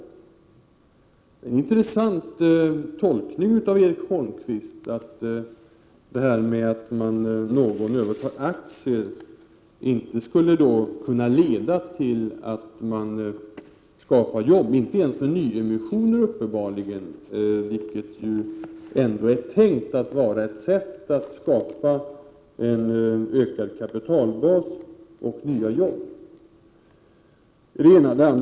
Det är en intressant tolkning Erik Holmkvist gör, att detta att någon övertar aktier inte skulle kunna leda till att jobb skapas — uppenbarligeninte ens vid nyemissioner, vilka ju ändå är tänkta att vara ett sätt att skapa betydelse för näringslivet i Norrlandslänen en ökad kapitalbas och nya jobb. — Det var det ena.